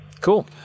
cool